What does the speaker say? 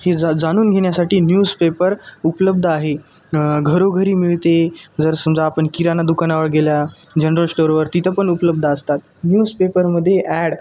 हे जा जाणून घेण्यासाठी न्यूज पेपर उपलब्ध आहे घरोघरी मिळते जर समजा आपण किराणा दुकानावर गेल्या जनरल स्टोअर वर तिथं पण उपलब्ध असतात न्यूज पेपरमध्ये ॲड